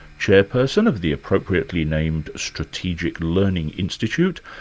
chairperson of the appropriately named strategic learning institute,